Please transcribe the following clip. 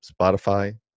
Spotify